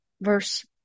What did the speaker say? verse